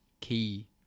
key